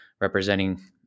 representing